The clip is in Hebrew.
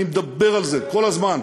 אני מדבר על זה כל הזמן,